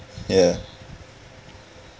ya